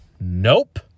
Nope